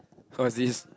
how's this